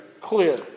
clear